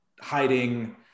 hiding